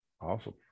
Awesome